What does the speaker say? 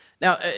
now